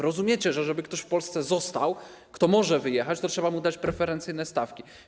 Rozumiecie, że żeby w Polsce został ktoś, kto może wyjechać, to trzeba mu dać preferencyjne stawki.